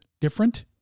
different